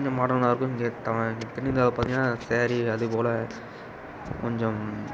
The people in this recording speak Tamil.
கொஞ்சம் மாடர்னாக இருக்கும் தென் இந்தியாவில் பார்த்திங்கன்னா ஸாரி அது போல கொஞ்சம்